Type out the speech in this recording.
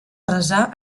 resar